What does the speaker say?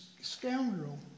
scoundrel